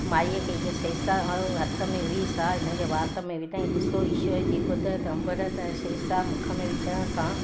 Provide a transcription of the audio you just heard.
माईअ खे हीअ सेसा ओ हथ में हुई सा हिन जे वाति में विधाईं ॾिसो ईश्वर जी कुदरत अम्बृत ऐं सेसा मुख में विझण सां